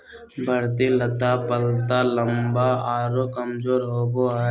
बढ़ती लता पतला लम्बा आरो कमजोर होबो हइ